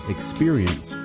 Experience